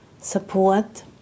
support